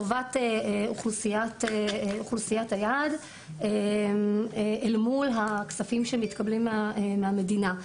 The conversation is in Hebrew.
השירותים לטובת אוכלוסיית היעד אל מול הכספים שמתקבלים מהמדינה.